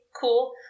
Cool